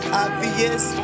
obvious